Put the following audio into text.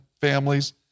families